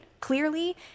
Clearly